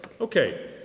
okay